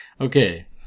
Okay